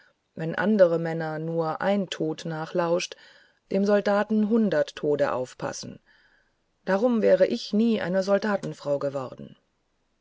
wenn anderen männern nur ein tod nachlauscht dem soldaten hundert tode aufpassen darum wäre ich nie eine soldatenfrau geworden